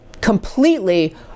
completely